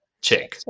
check